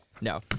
No